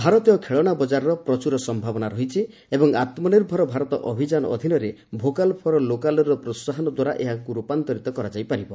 ଭାରତୀୟ ଖେଳଣା ବଜାରର ପ୍ରଚୁର ସମ୍ଭାବନା ରହିଛି ଏବଂ ଆତ୍କନିର୍ଭର ଭାରତ ଅଭିଯାନ ଅଧୀନରେ ଭୋକାଲ୍ ଫର୍ ଲୋକାଲ୍ର ପ୍ରୋହାହନଦ୍ୱାରା ଏହାକୁ ରୂପାନ୍ତରିତ କରାଯାଇପାରିବ